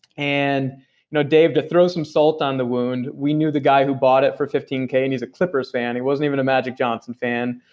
and you know dave, to throw some salt on the wound, we knew the guy who bought it for fifteen k, and he's a clippers fan, he wasn't even a magic johnson fan.